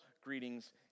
greetings